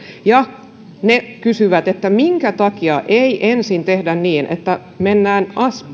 ja he kysyvät minkä takia ei ensin tehdä niin että mennään